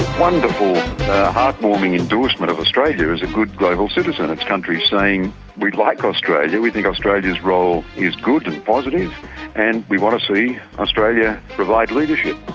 wonderful heart-warming endorsement of australia as a good global citizen, it's countries saying we like australia, we think australia's role is good and positive and we want to see australia provide leadership'.